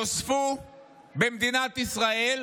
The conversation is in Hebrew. נוספו במדינת ישראל